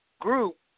group